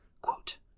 quote